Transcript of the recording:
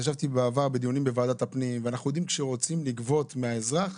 ישבתי בעבר בדיונים בוועדת הפנים ואנחנו יודעים כשרוצים לגבות מאזרח